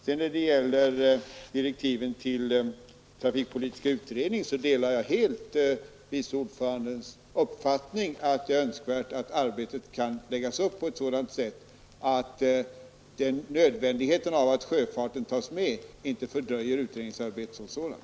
När det sedan gäller direktiven till trafikpolitiska utredningen så delar jag helt vice ordförandens uppfattning att det är önskvärt att arbetet kan läggas upp på ett sådant sätt att nödvändigheten av att sjöfarten tas med inte fördröjer utredningsarbetet som sådant.